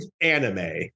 anime